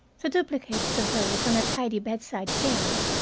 the duplicates of those on her tidy bedside stand.